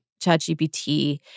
ChatGPT